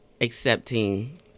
accepting